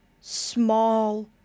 small